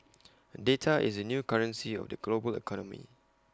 data is the new currency of the global economy